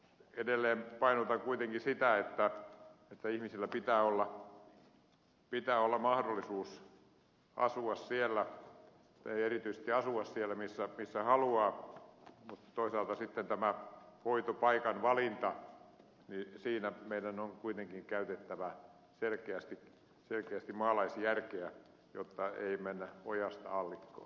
edelleen painotan kuitenkin sitä että ihmisillä pitää olla mahdollisuus erityisesti asua siellä missä he haluavat mutta toisaalta sitten tässä hoitopaikan valinnassa meidän on kuitenkin käytettävä selkeästi maalaisjärkeä jotta ei mennä ojasta allikkoon